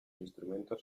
instrumentos